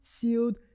sealed